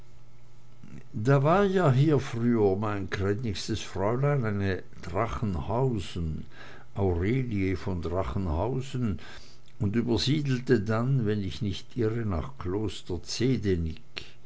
da war ja hier früher mein gnädigstes fräulein eine drachenhausen aurelie von drachenhausen und übersiedelte dann wenn ich nicht irre nach kloster